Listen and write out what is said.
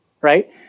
Right